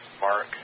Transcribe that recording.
Mark